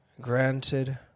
granted